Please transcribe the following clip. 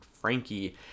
Frankie